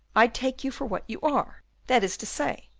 i take you for what you are that is to say,